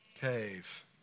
cave